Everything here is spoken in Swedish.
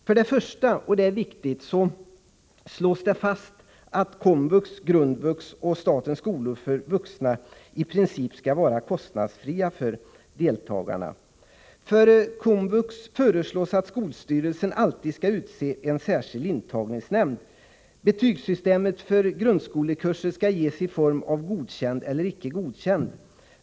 Först och främst — och det är viktigt — slås det fast att undervisningen vid komvux, grundvux och statens skolor för vuxna i princip skall vara kostnadsfri för deltagarna. För komvux föreslås att skolstyrelsen alltid skall utse en särskild intagningsnämnd. Betygen för grundskolekurser skall ges i form av godkänd eller icke godkänd.